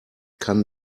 kann